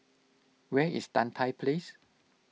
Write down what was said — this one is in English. where is Tan Tye Place